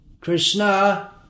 Krishna